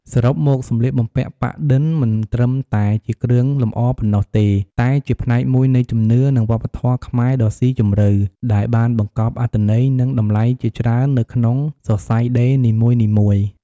សរុបមកសម្លៀកបំពាក់ប៉ាក់-ឌិន មិនត្រឹមតែជាគ្រឿងលម្អប៉ុណ្ណោះទេ តែជា ផ្នែកមួយនៃជំនឿ និងវប្បធម៌ខ្មែរដ៏ស៊ីជម្រៅ ដែលបានបង្កប់អត្ថន័យ និងតម្លៃជាច្រើននៅក្នុងសរសៃដេរនីមួយៗ។